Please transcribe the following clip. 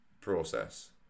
Process